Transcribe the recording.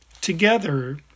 Together